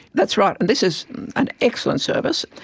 that's right, and this is an excellent service,